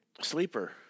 Sleeper